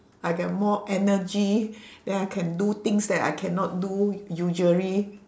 I get more energy then I can do things that I cannot do usually